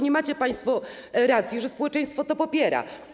Nie macie państwo racji, że społeczeństwo to popiera.